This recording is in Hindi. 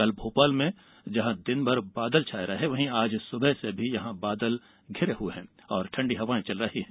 कल भोपाल में भी दिनभर बादल छाये रहे वहीं आज सुबह भी बाछल घिरे हुए हैं और ठंडी हवाएं चल रही है